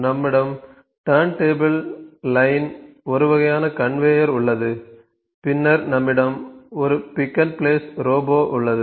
நம்மிடம் turn table line ஒரு வகையான கன்வேயர் உள்ளது பின்னர் நம்மிடம் ஒரு பிக் அண்ட் பிளேஸ் ரோபோ உள்ளது